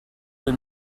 elle